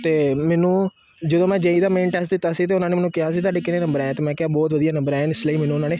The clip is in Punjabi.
ਅਤੇ ਮੈਨੂੰ ਜਦੋਂ ਮੈਂ ਜੇਈ ਦਾ ਮੇਨ ਟੈਸਟ ਦਿੱਤਾ ਸੀ ਅਤੇ ਉਹਨਾਂ ਨੇ ਮੈਨੂੰ ਕਿਹਾ ਸੀ ਤੁਹਾਡੇ ਕਿੰਨੇ ਨੰਬਰ ਆਏ ਅਤੇ ਮੈਂ ਕਿਹਾ ਬਹੁਤ ਵਧੀਆ ਨੰਬਰ ਹਨ ਇਸ ਲਈ ਮੈਨੂੰ ਉਹਨਾਂ ਨੇ